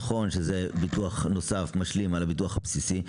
נכון שזה ביטוח נוסף ומשלים על הביטוח הבסיסי,